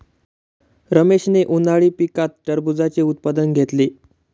रमेशने उन्हाळी पिकात टरबूजाचे उत्पादन घेतले